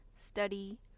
study